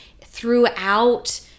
throughout